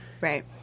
Right